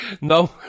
No